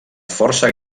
força